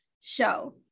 show